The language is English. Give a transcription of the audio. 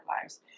lives